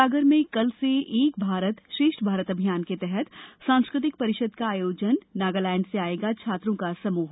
सागर में कल से एक भारत श्रेष्ठ भारत अभियान के तहत सांस्कृतिक परिषद का आयोजन नागालैण्ड से आयेगा छात्रों का समुह